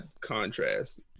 contrast